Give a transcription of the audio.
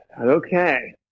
okay